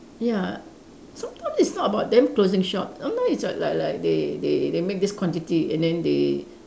ya sometime it's not about them closing shop sometime it's like like they make this quantity and then they